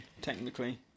technically